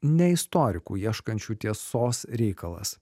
ne istorikų ieškančių tiesos reikalas